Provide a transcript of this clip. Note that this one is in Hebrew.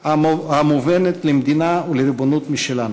המובנת למדינה ולריבונות משלנו.